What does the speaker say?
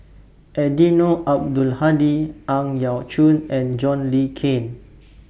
Eddino Abdul Hadi Ang Yau Choon and John Le Cain